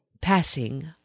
Passing